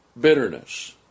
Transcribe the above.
Bitterness